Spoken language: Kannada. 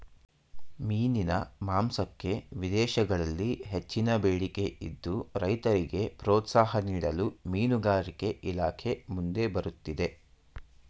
ಮೀನಿನ ಮಾಂಸಕ್ಕೆ ವಿದೇಶಗಳಲ್ಲಿ ಹೆಚ್ಚಿನ ಬೇಡಿಕೆ ಇದ್ದು, ರೈತರಿಗೆ ಪ್ರೋತ್ಸಾಹ ನೀಡಲು ಮೀನುಗಾರಿಕೆ ಇಲಾಖೆ ಮುಂದೆ ಬರುತ್ತಿದೆ